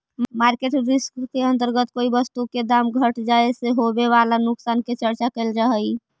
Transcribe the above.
market risk के अंतर्गत कोई वस्तु के दाम घट जाए से होवे वाला नुकसान के चर्चा कैल जा हई